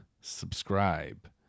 subscribe